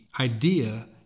idea